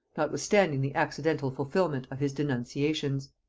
notwithstanding the accidental fulfilment of his denunciations.